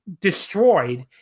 destroyed